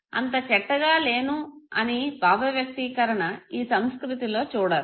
అంత చెడ్డగా లేను అని భావవ్యక్తీకరణ ఈ సంస్కృతిలో చూడరు